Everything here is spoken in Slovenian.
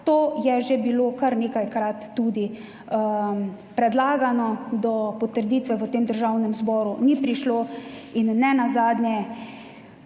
To je že bilo kar nekajkrat tudi predlagano. Do potrditve v tem Državnem zboru ni prišlo. In nenazadnje,